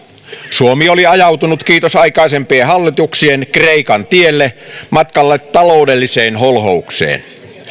suomi oli ajautunut kiitos aikaisempien hallituksien kreikan tielle matkalle taloudelliseen holhoukseen